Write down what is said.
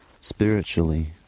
Spiritually